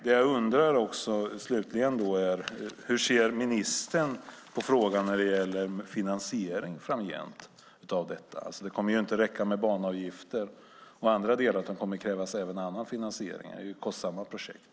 Det jag undrar är slutligen hur ministern ser på frågan när det gäller finansiering av detta framgent. Det kommer inte att räcka med banavgifter, utan det kommer att krävas även annan finansiering. Det här är kostsamma projekt.